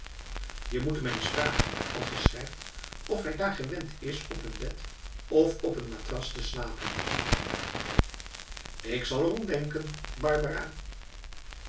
je moet hem eens vragen als je schrijft of hij daar gewend is op een bed of op een matras te slapen k zal er om denken barbara